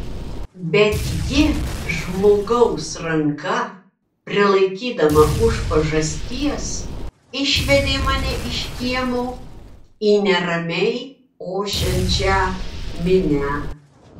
bet ji žmogaus ranka prilaikydama už pažasties išvedė mane iš kiemo į neramiai ošiančią minią